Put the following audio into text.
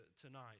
tonight